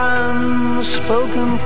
unspoken